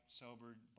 sobered